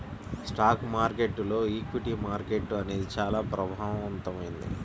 stock మార్కెట్టులో equity market అనేది చానా ప్రభావవంతమైంది